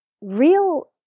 real